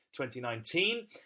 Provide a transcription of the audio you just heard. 2019